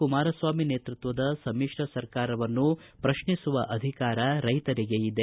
ಕುಮಾರಸ್ವಾಮಿ ನೇತೃತ್ವದ ಸಮಿಶ್ರ ಸರ್ಕಾರವನ್ನು ಪ್ರಶ್ನಿಸುವ ಅಧಿಕಾರ ರೈತರಿಗೆ ಇದೆ